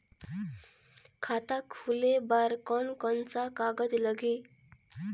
खाता खुले बार कोन कोन सा कागज़ लगही?